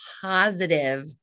positive